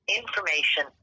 information